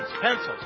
pencils